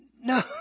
No